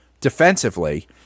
defensively